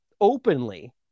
Openly